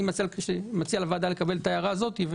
אני מציע לוועדה לקבל את ההערה הזאת.